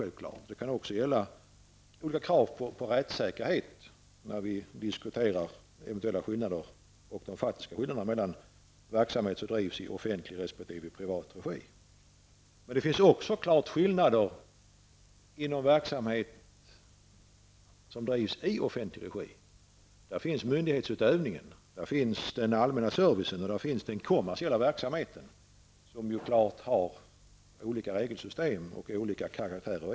Det kan också gälla olika krav på rättssäkerhet, när vi diskuterar eventuella och faktiska skillnader mellan verksamhet som drivs i offentlig resp. privat regi. Men det finns också skillnader inom verksamhet som drivs i offentlig regi. Där finns myndighetsutövningen, den allmänna servicen och den kommersiella verksamheten, vilka helt klart har olika regelsystem och är av olika karaktär.